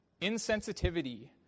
insensitivity